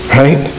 right